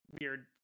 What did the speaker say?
weird